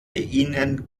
ihnen